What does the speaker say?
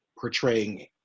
portraying